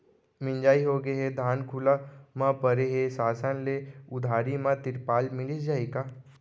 मिंजाई होगे हे, धान खुला म परे हे, शासन ले उधारी म तिरपाल मिलिस जाही का?